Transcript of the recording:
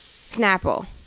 snapple